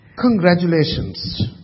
Congratulations